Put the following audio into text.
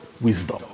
wisdom